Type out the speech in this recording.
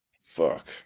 Fuck